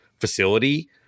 facility